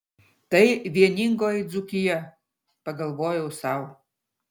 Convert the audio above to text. tai vieningoji dzūkija pagalvojau sau